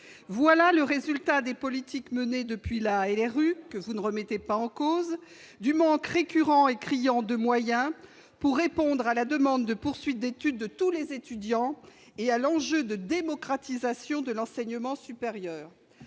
voilà le résultat des politiques menées depuis la LRU que vous ne remettez pas en cause Dumont Current est criant de moyens pour répondre à la demande de poursuite d'études, de tous les étudiants et à l'enjeu de démocratisation de l'enseignement supérieur,